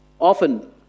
often